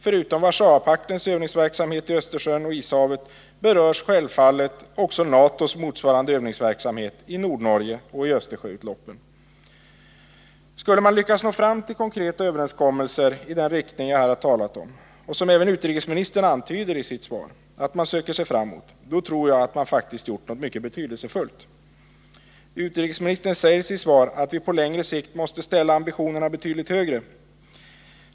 Förutom Warszawapaktens övningsverksamhet i Östersjön och Ishavet berörs självfallet också NATO:s motsvarande övningsverksamhet i Nord Skulle man lyckas nå fram till konkreta överenskommelser i den riktning jag här angivit och som även utrikesministern antyder i sitt svar att man söker sig fram mot, tror jag att man faktiskt gjort något mycket betydelsefullt. Utrikesministern säger i sitt svar att vi på längre sikt måste ställa ambitionerna betydligt högre.